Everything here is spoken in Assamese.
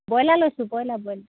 ব্ৰইলাৰ লৈছোঁ ব্ৰইলাৰ ব্ৰইলাৰ